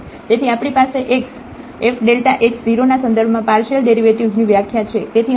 તેથી આપણી પાસે x તેથી f x 0 ના સંદર્ભમાં પાર્શિયલ ડેરિવેટિવ્ઝની વ્યાખ્યા છે તેથી અહીં જો તમે y મૂકશો